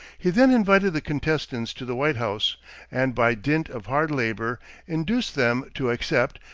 he then invited the contestants to the white house and by dint of hard labor induced them to accept,